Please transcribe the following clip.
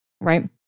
right